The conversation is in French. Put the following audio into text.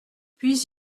puis